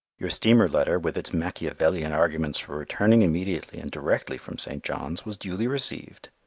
your steamer letter, with its machiavellian arguments for returning immediately and directly from st. john's, was duly received.